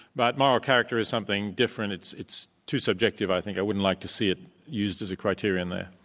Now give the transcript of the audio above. but moral character is something different. it's it's too subjective, i think. i wouldn't like to see it used as a criteria in there.